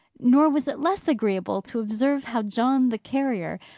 nor was it less agreeable to observe how john the carrier,